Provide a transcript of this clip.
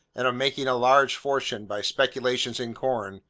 and of making a large fortune by speculations in corn,